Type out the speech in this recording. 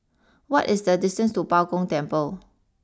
what is the distance to Bao Gong Temple